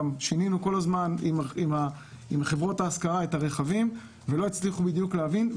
שינינו גם כל הזמן עם חברות ההשכרה את הרכבים ולא הצליחו בדיוק להבין.